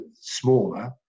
smaller